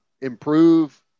improve